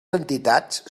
entitats